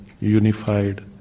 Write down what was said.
unified